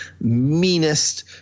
meanest